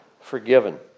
forgiven